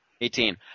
Eighteen